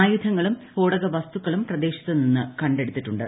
ആയുധങ്ങളും സ്ഫോടക വസ്തുക്കളും പ്രദേശത്ത് നിന്നും കണ്ടെടുത്തിട്ടുണ്ട്